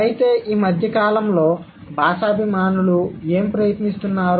అయితే ఈ మధ్య కాలంలో భాషాభిమానులు ఏమి ప్రయత్నిస్తున్నారు